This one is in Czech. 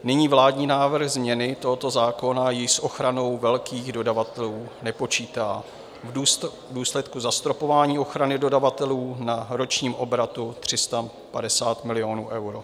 Nyní vládní návrh změny tohoto zákona již s ochranou velkých dodavatelů nepočítá v důsledku zastropování ochrany dodavatelů na ročním obratu 350 milionů euro.